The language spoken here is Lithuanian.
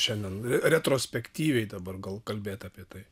šiandien retrospektyviai dabar gal kalbėt apie tai